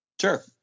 Sure